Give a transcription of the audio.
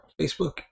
Facebook